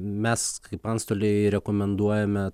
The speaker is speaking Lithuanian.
mes kaip antstoliai rekomenduojame